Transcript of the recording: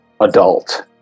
adult